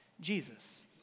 Jesus